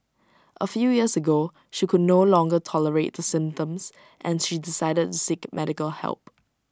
A few years ago she could no longer tolerate the symptoms and she decided to seek medical help